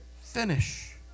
finish